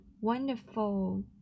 Wonderful